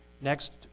next